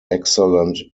excellent